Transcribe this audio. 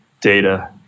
data